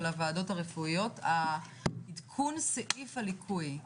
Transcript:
הוועדות הרפואיות - עדכון סעיף הליקוי.